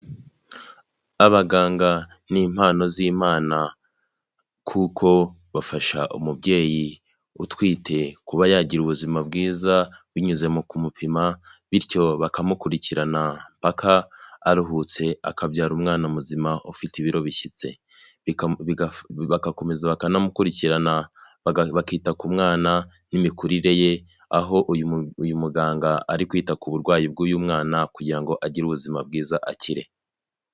Abaganga ni impano z'imana kuko bafasha umubyeyi utwite kuba yagira ubuzima bwiza binyuze mu kumupima bityo bakamukurikirana paka aruhutse akabyara umwana muzima ufite ibiro bishyitse bagakomeza bakanamukurikirana bakita ku mwana n'imikurire ye aho uyu muganga ari kwita ku burwayi bw'uyu mwana kugira ngo agire ubuzima bwiza akire.